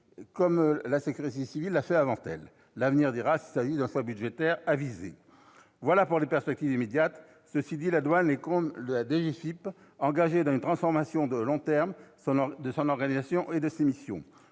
par les coûts de maintenance. L'avenir dira s'il s'agit d'une décision budgétaire avisée. Voilà pour les perspectives immédiates. Cela étant, la douane est, comme la DGFiP, engagée dans une transformation de long terme de son organisation et de ses missions.